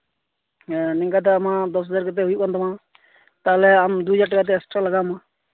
ᱦᱮᱸ ᱱᱤᱝᱠᱟᱛᱮ ᱟᱢᱟᱜ ᱫᱚᱥ ᱦᱟᱡᱟᱨ ᱠᱟᱛᱮᱜ ᱦᱩᱭᱩᱜ ᱠᱟᱱ ᱛᱟᱢᱟ ᱛᱟᱦᱚᱞᱮ ᱫᱩ ᱦᱟᱡᱟᱨ ᱠᱟᱛᱮᱜ ᱟᱢ ᱮᱠᱥᱴᱨᱟ ᱞᱟᱜᱟᱣᱟᱢᱟ